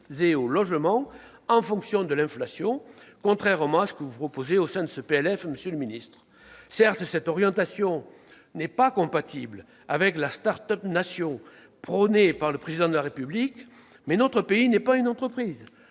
au logement au regard de l'inflation, contrairement à ce qui est proposé dans le présent texte. Certes, cette orientation n'est pas compatible avec la « start-up nation » prônée par le Président de la République, mais notre pays n'est pas une entreprise.